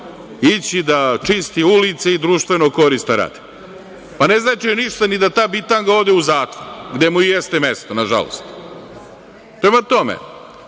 ići da čisti ulice i društveno koristan rad? Pa ne znači joj ništa ni da ta bitanga ode u zatvor, gde mu i jeste mesto, na žalost. Prema tome,